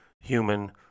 human